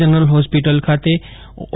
general hospital ખાતે ઓ